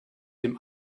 dem